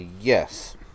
Yes